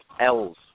L's